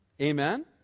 Amen